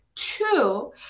Two